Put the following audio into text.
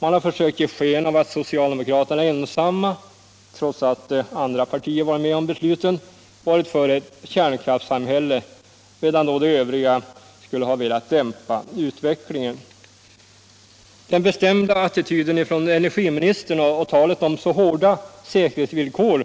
Man har försökt ge sken av att socialdemokraterna ensamma — trots att andra partier varit med om besluten — varit för ett kärnkraftssamhälle medan de övriga skulle ha velat dämpa utvecklingen. Den bestämda attityden ifrån energiministern och talet om så hårda säkerhetsvillkor,